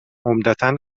عمدتا